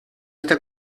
está